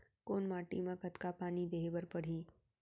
कोन माटी म कतका पानी देहे बर परहि?